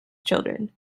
children